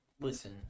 Listen